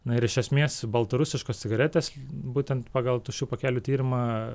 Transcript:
na ir iš esmės baltarusiškos cigaretės būtent pagal tuščių pakelių tyrimą